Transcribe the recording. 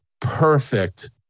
perfect